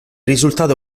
risultato